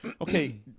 okay